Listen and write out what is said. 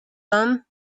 them